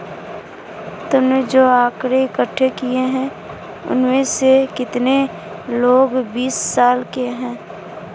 तुमने जो आकड़ें इकट्ठे किए हैं, उनमें से कितने लोग बीस साल के हैं?